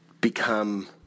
become